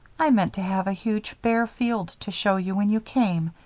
i meant to have a huge bare field to show you when you came,